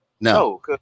No